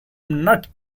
not